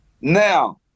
Now